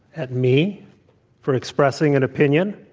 at me for expressing an opinion,